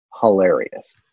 hilarious